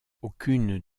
aucune